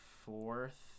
fourth